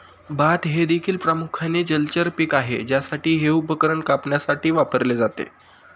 भात हे देखील प्रामुख्याने जलचर पीक आहे ज्यासाठी हे उपकरण कापण्यासाठी वापरले जाते